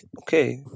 okay